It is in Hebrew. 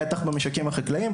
בטח במשקים החקלאיים,